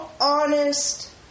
honest